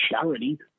charity